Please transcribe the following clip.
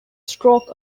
stroke